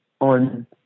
on